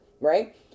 right